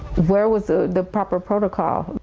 where was the proper protocol,